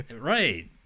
Right